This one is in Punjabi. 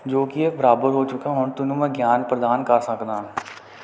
ਜੋ ਕਿ ਹੈ ਬਰਾਬਰ ਹੋ ਚੁੱਕਾ ਹੁਣ ਤੈਨੂੰ ਮੈਂ ਗਿਆਨ ਪ੍ਰਦਾਨ ਕਰ ਸਕਦਾ ਹਾਂ